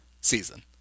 season